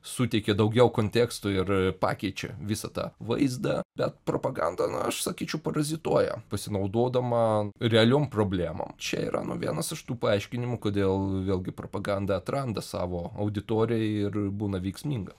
suteikia daugiau konteksto ir pakeičia visą tą vaizdą bet propaganda na aš sakyčiau parazituoja pasinaudodama realiom problemom čia yra nu vienas iš tų paaiškinimų kodėl vėlgi propaganda atranda savo auditoriją ir būna veiksminga